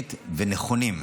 בראשית ונכונים.